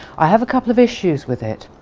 i have a couple of issues with it,